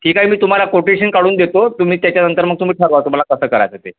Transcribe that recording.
ठीक आहे मी तुम्हाला कोटेशन काढून देतो तुम्ही त्याच्यानंतर मग तुम्ही ठरवा तुम्हाला कसं करायचं ते